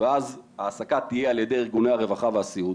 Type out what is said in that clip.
ואז העסקה תהיה על ידי ארגוני הרווחה והסיעוד.